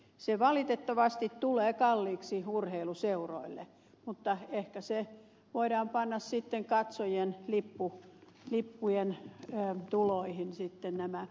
se valitettavasti tulee kalliiksi urheiluseuroille mutta ehkä nämä kustannukset voidaan panna sitten katsojien lippu lippujen ja tuloihin sitten lipputuloihin